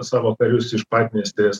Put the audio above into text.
savo karius iš padniestrės